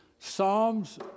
Psalms